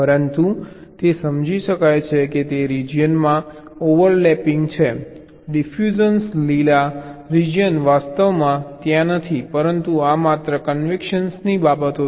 પરંતુ તે સમજી શકાય છે કે જે રીજીયનમાં ઓવરલેપિંગ છે ડિફ્યુઝન લીલા રીજીયન વાસ્તવમાં ત્યાં નથી પરંતુ આ માત્ર કન્વેનશનની બાબત છે